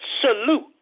salute